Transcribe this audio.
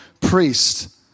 priest